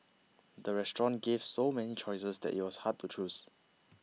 the restaurant gave so many choices that it was hard to choose